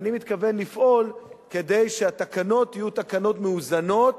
ואני מתכוון לפעול כדי שהתקנות יהיו תקנות מאוזנות,